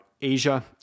Asia